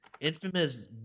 infamous